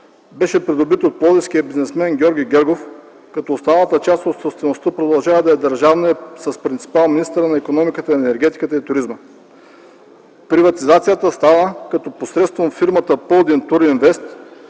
беше придобит от пловдивския бизнесмен Георги Гергов, като останалата част от собствеността продължава да е държавна с принципал министърът на икономиката, енергетиката и туризма. Приватизацията става като посредством фирмата „Пълдин туринвест”